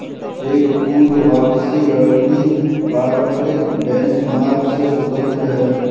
एक पूर्ण वापसी रणनीति पारंपरिक बेंचमार्क से स्वतंत्र हैं